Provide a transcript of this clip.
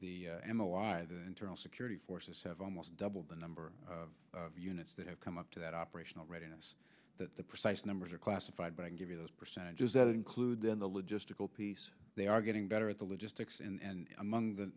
the m a lie the internal security forces have almost doubled the number of units that have come up to that operational readiness that the precise numbers are classified but i can give you those percentages that include then the logistical piece they are getting better at the logistics and among the